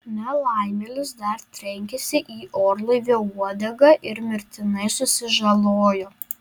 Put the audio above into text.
nelaimėlis dar trenkėsi į orlaivio uodegą ir mirtinai susižalojo